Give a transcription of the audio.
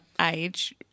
age